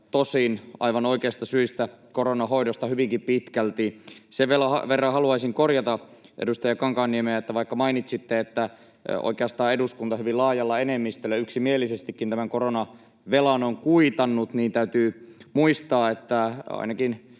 tosin aivan oikeista syistä: koronan hoidosta hyvinkin pitkälti. Sen verran haluaisin korjata edustaja Kankaanniemeä, että vaikka mainitsitte, että oikeastaan eduskunta hyvin laajalla enemmistöllä, yksimielisestikin tämän koronavelan on kuitannut, niin täytyy muistaa, että ainakin